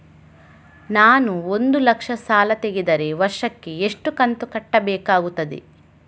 ನಾನು ಒಂದು ಲಕ್ಷ ಸಾಲ ತೆಗೆದರೆ ವರ್ಷಕ್ಕೆ ಎಷ್ಟು ಕಂತು ಕಟ್ಟಬೇಕಾಗುತ್ತದೆ?